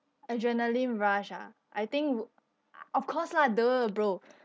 adrenaline rush ah I think w~ of course lah !duh! bro